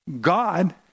God